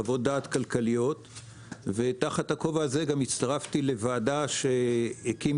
חוות דעת כלכליות ותחת הכובע הזה גם הצטרפתי לוועדה שהקים